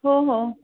हो हो